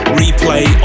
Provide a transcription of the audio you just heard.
replay